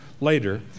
later